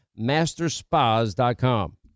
masterspas.com